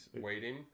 Waiting